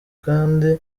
kandi